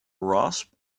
rasp